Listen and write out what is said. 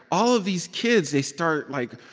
all of these kids, they start, like,